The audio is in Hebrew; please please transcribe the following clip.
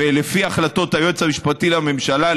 ולפי החלטות היועץ המשפטי לממשלה,